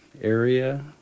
area